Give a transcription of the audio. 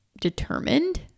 determined